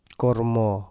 kormo